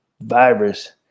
virus